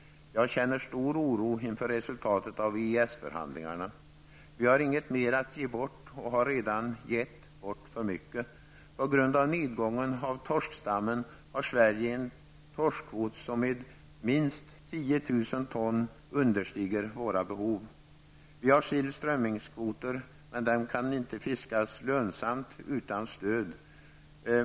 Jag känner stor oro inför resultatet av EES förhandlingarna. Vi har inget mer att ge bort och har redan gett bort för mycket. På grund av nedgången av torskstammen har Sverige en torskkvot som med minst 10 000 ton understiger våra behov. Vi har sill strömming kan inte fiskas lönsamt utan stöd.